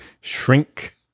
shrink